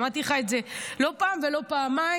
אמרתי לך את זה לא פעם ולא פעמיים,